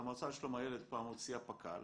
והמועצה לשלום הילד פעם הוציאה פק"ל,